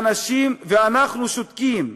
ואנחנו שותקים.